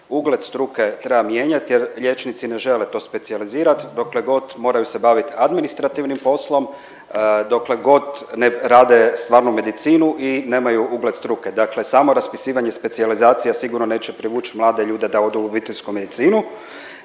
ugled struke treba mijenjati jer liječnici ne žele to specijalizirati dokle god moraju se bavit administrativnim poslom, dokle god ne rade stvarno medicinu i nemaju ugled struke. Dakle, samo raspisivanje specijalizacija sigurno neće privući mlade ljude da odu u obiteljsku medicinu.